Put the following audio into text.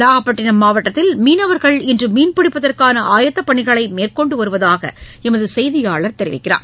நாகப்பட்டினம் மாவட்டத்தில் மீனவர்கள் இன்று மீன்பிடிப்பதற்கான ஆயத்தப்பணிகளை மேற்கொண்டு வருவதாக எமது செய்தியாளர் தெரிவிக்கிறார்